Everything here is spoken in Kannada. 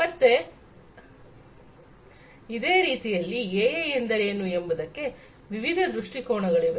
ಮತ್ತೆ ಇದೇ ರೀತಿಯಲ್ಲಿ ಎಐ ಎಂದರೇನು ಎಂಬುದಕ್ಕೆ ವಿವಿಧ ದೃಷ್ಟಿಕೋನಗಳಿವೆ